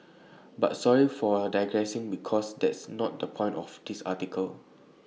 but sorry for digressing because that's not the point of this article